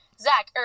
Zach